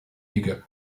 ego